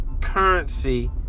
currency